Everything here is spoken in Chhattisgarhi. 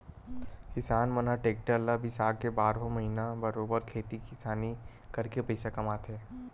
किसान मन ह टेक्टर ल बिसाके बारहो महिना बरोबर खेती किसानी करके पइसा कमाथे